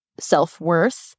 self-worth